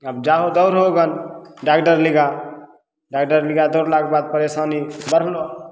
आब जाहो दौड़हो गन डॉक्टर लग डॉक्टर लग दौड़लाके बाद परेशानी बढ़लौ